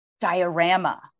diorama